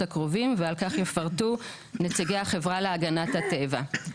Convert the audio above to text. הקרובים ועל כך יפרטו נציגי החברה להגנת הטבע.